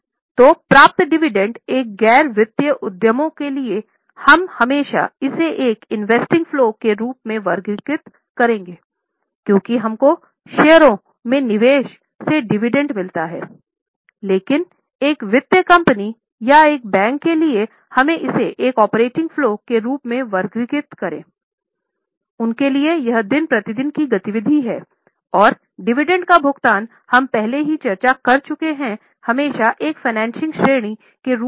तो प्राप्त डिविडेंड श्रेणी के रूप में हैं